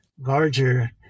larger